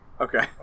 Okay